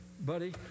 Buddy